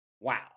Wow